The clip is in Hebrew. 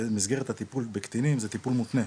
במסגרת הטיפול בקטינים זה טיפול מותנה,